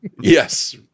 Yes